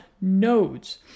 nodes